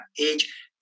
age